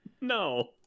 No